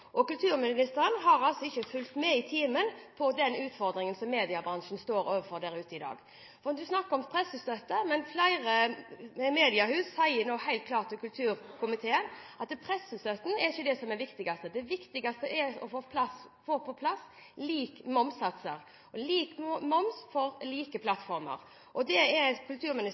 i timen når det gjelder den utfordringen som mediebransjen står overfor i dag. Hun snakker om pressestøtte, men flere mediehus sier helt klart til familie- og kulturkomiteen at pressestøtten ikke er viktigst. Det viktigste er å få på plass like momssatser – lik moms for like plattformer. Dette er kulturministeren nødt til å ta inn over seg. Dette er